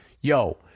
yo